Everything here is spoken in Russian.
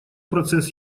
процесс